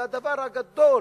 הדבר הגדול.